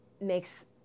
makes